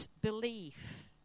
belief